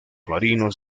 marinos